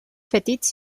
petits